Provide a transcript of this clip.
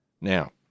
Now